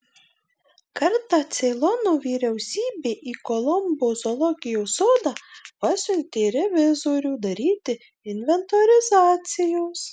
kartą ceilono vyriausybė į kolombo zoologijos sodą pasiuntė revizorių daryti inventorizacijos